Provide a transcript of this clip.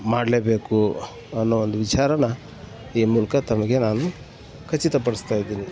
ಮಾಡಲೇಬೇಕು ಅನ್ನೋ ಒಂದು ವಿಚಾರನ ಈ ಮೂಲಕ ತಮಗೆ ನಾನು ಖಚಿತಪಡಿಸ್ತಾ ಇದ್ದೀನಿ